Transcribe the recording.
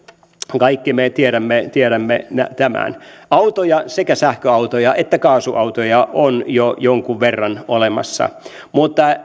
kaikki me tiedämme tiedämme tämän autoja sekä sähköautoja että kaasuautoja on jo jonkun verran olemassa mutta